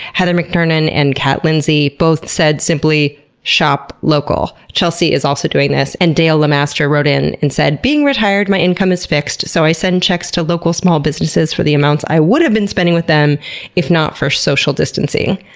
heather mcturnan and cat lindsay both said, simply shop local. chelsea is also doing this and dale lemaster wrote in and said being retired, my income is fixed, so i send checks to local small businesses for the amounts i would have been spending with them if not for social distancing.